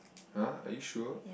!huh! are you sure